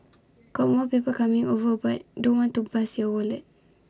got more people coming over but don't want to bust your wallet